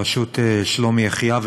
בראשות שלומי יחיאב,